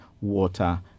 water